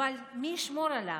אבל מי ישמור עליו?